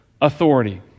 authority